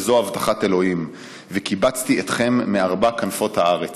כי זו הבטחת אלוהים: וקיבצתי אתכם מארבע כנפות הארץ.